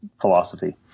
philosophy